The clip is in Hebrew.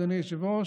אדוני היושב-ראש,